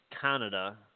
Canada